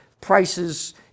prices